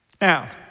Now